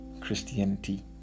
Christianity